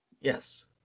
Yes